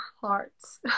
hearts